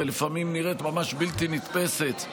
ולפעמים נראית ממש בלתי נתפסת.